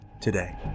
today